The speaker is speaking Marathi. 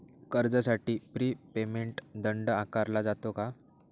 कर्जासाठी प्री पेमेंट दंड आकारला जातो का?